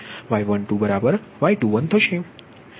તેથી y12 y21